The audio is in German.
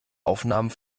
aufnahmen